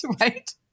right